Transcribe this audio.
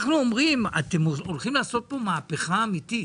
אנחנו אומרים שאתם הולכים לעשות כאן מהפכה אמיתית.